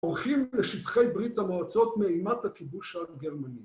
בורכים לשטחי ברית המועצות מאימת הכיבוש הגרמני.